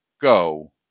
Go